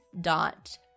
dot